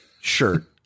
shirt